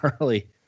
early